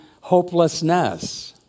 hopelessness